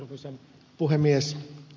arvoisa puhemies